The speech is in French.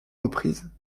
reprises